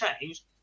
changed